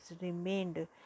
remained